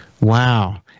Wow